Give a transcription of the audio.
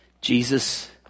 Jesus